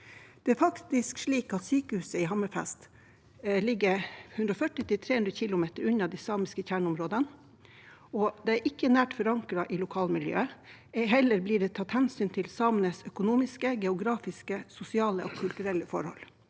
rettigheter urfolk har. Sykehuset i Hammerfest ligger faktisk 140–300 km unna de samiske kjerneområdene, og det er ikke nært forankret i lokalmiljøet. Ei heller blir det tatt hensyn til samenes økonomiske, geografiske, sosiale og kulturelle forhold.